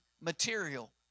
material